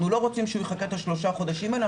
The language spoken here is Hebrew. שהוא יחכה את השלושה חודשים האלה,